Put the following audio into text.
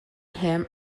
him